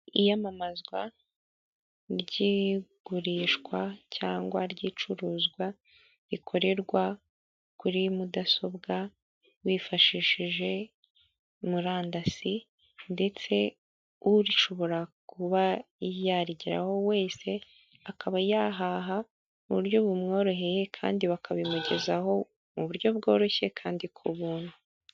Iyamamazwa ry'igurishwa cyangwa ry'icuruzwa rikorerwa kuri mudasobwa wifashishije murandasi ndetse ushobora kuba yarigeraho wese, akaba yahaha mu buryo bumworoheye kandi bakabimugezaho mu buryo bworoshye kandi ku buntu.